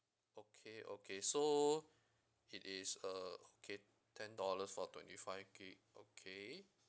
okay okay so it is uh okay ten dollars for twenty five gigabyte okay